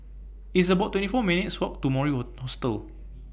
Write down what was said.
It's about twenty four minutes' Walk to Mori Oh Hostel